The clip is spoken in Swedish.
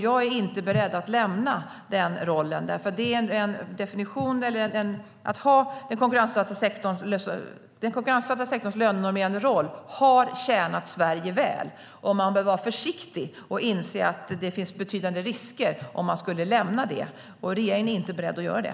Jag är inte beredd att lämna den rollen. Den konkurrensutsatta sektorns lönenormerande roll har tjänat Sverige väl. Man bör vara försiktig och inse att det finns betydande risker om man skulle lämna det. Och regeringen är inte beredd att göra det.